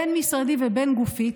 בין-משרדי ובין-גופי,